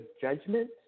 judgment